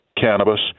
cannabis